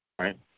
right